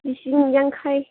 ꯂꯤꯁꯤꯡ ꯌꯥꯡꯈꯩ